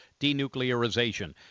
denuclearization